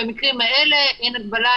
במקרים האלה אין הגבלה,